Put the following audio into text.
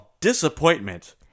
Disappointment